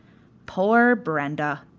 poor brenda,